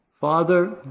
Father